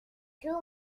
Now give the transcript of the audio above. too